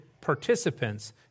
participants